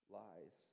lies